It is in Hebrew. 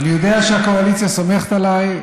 אני יודע שהקואליציה סומכת עליי,